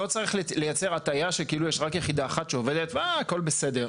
לא צריך לייצר הטעיה שכאילו יש רק יחידה אחת שעובדת והכול בסדר.